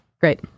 Great